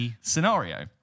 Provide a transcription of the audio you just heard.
scenario